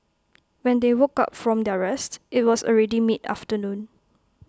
when they woke up from their rest IT was already mid afternoon